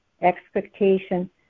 expectation